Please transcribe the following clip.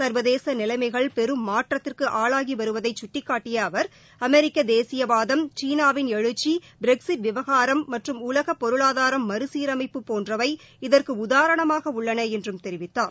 சர்வதேச நிலைமைகள் பெரும் மாற்றத்திற்கு ஆளாகி வருவதை கட்டிக்காட்டிய அவர் அமெரிக்க தேசியவாதம் சீனாவின் எழுச்சி பிரக்ஸிட் விவகாரம் மற்றும் உலக பொருளாதாரம் மறுகீரமைப்பு போன்றவை இதற்கு உதாரணமாக உள்ளன என்றும் தெரிவித்தார்